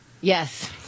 Yes